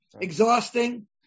Exhausting